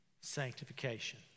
sanctification